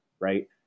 right